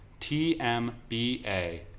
tmba